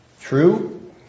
True